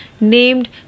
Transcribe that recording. named